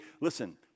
listen